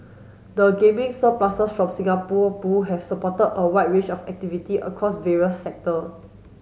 the gaming surpluses from Singapore Pool have supported a wide range of activity across various sector